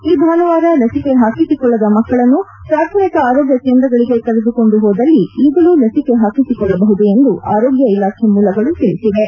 ಈ ಭಾನುವಾರ ಲಸಿಕೆ ಹಾಕಿಸಿಕೊಳ್ಳದ ಮಕ್ಕಳನ್ನು ಪ್ರಾಥಮಿಕ ಆರೋಗ್ಯ ಕೇಂದ್ರಗಳಿಗೆ ಕೆರೆದುಕೊಂಡು ಹೋದಲ್ಲಿ ಈಗಲೂ ಲಸಿಕೆ ಹಾಕಿಸಿಕೊಳ್ಳಬಹುದು ಎಂದು ಆರೋಗ್ಯ ಇಲಾಖೆ ಮೂಲಗಳು ತಿಳಿಸಿವೆ